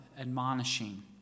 admonishing